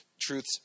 truths